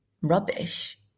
rubbish